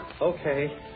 Okay